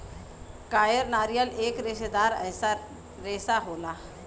कायर नारियल एक रेसेदार रेसा होला